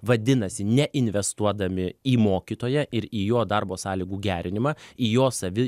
vadinasi ne investuodami į mokytoją ir į jo darbo sąlygų gerinimą į jo savi